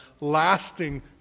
lasting